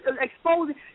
exposing